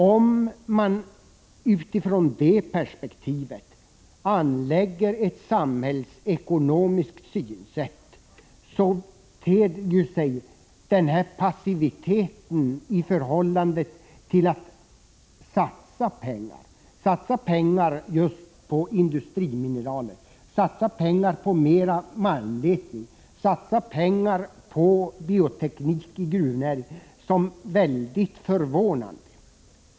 Om man utifrån det perspektivet anlägger ett samhällsekonomiskt synsätt, ter sig den här passiviteten när det gäller att satsa pengar på industrimineraler, satsa pengar på mera malmletning, satsa pengar på bioteknik i gruvnäringen som väldigt förvånande.